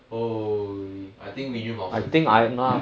holy I think wei jun confirm steam